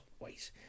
wait